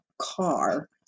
car